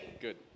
Good